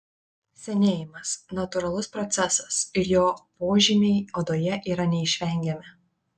senėjimas natūralus procesas ir jo požymiai odoje yra neišvengiami